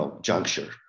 juncture